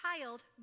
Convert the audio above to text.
child